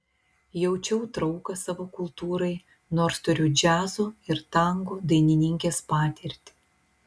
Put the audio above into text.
jaučiau trauką savo kultūrai nors turiu džiazo ir tango dainininkės patirtį